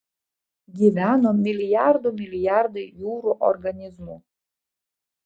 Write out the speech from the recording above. gyveno milijardų milijardai jūrų organizmų